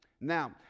Now